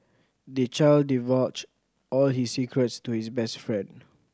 the child divulged all his secrets to his best friend